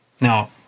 Now